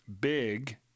big